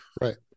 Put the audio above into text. right